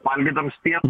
valgydams pietu